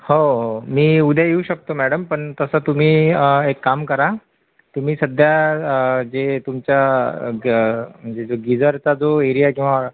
हो हो मी उद्या येऊ शकतो मॅडम पण तसं तुम्ही एक काम करा तुम्ही सध्या जे तुमच्या ग म्हणजे जो गिजरचा जो एरिया किंवा